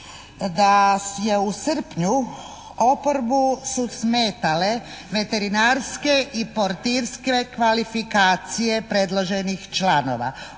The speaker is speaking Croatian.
da je u srpnju oporbu su smetale veterinarske i portirske kvalifikacije predloženih članova.